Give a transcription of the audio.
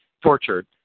tortured